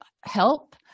help